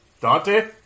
Dante